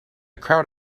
crowd